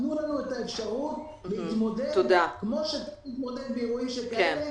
רק תנו לנו את האפשרות כמו שאנחנו יודעים להתמודד באירועים שכאלה.